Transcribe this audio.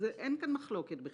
אין כאן מחלוקת בכלל.